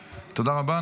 רבה.